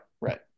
right